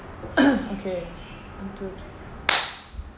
okay one two three